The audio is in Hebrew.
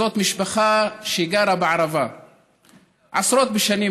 זו משפחה שגרה בערבה עשרות בשנים,